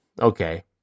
okay